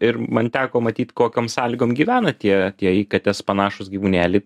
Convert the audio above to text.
ir man teko matyt kokiom sąlygom gyvena tie tie į kates panašūs gyvūnėliai